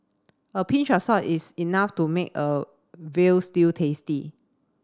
a pinch of salt is enough to make a veal stew tasty